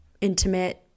intimate